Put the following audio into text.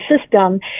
system